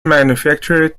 manufactured